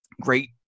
great